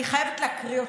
אני חייבת להקריא אותו,